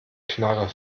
knarre